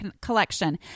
collection